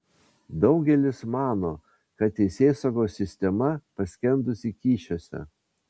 daugelis mano kad teisėsaugos sistema paskendusi kyšiuose